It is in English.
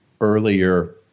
earlier